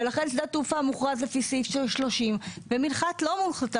ולכן שדה תעופה מוכרז לפי סעיף 30 ומנחת לא מוכרז